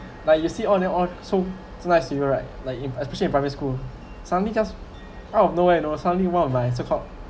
nah you see on your own so so nice to you right like in especially in primary school suddenly just out of nowhere you know suddenly one of my so called